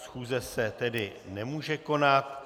Schůze se tedy nemůže konat.